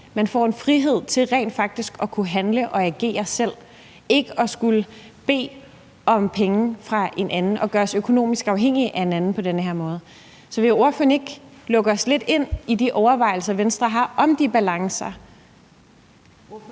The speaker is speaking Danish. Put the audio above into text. man får en frihed til rent faktisk at kunne handle og agere selv, så man ikke skal bede om penge fra en anden og gøres økonomisk afhængig af en anden på den her måde. Så vil ordføreren ikke lukke os lidt ind i de overvejelser, Venstre har om de balancer?